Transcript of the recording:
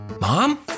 mom